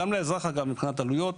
גם לאזרח מבחינת עלויות.